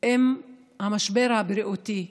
עם המשבר הבריאותי,